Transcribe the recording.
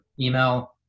email